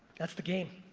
that's the game.